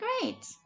Great